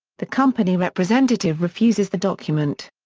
the company representative refuses the document.